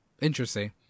Interesting